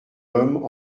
homme